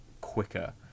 quicker